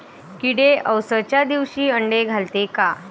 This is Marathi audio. किडे अवसच्या दिवशी आंडे घालते का?